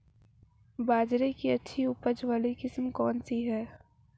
बाजरे की अच्छी उपज वाली किस्म कौनसी है?